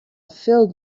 filled